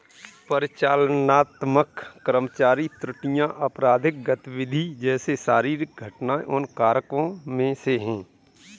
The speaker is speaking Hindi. परिचालनात्मक कर्मचारी त्रुटियां, आपराधिक गतिविधि जैसे शारीरिक घटनाएं उन कारकों में से है